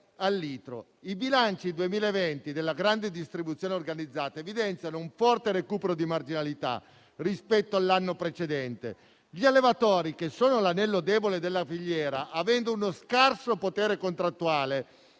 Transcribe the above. I bilanci 2020 della grande distribuzione organizzata evidenziano un forte recupero di marginalità rispetto all'anno precedente. Gli allevatori, che sono l'anello debole della filiera, avendo uno scarso potere contrattuale,